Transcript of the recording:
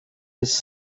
his